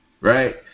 Right